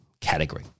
category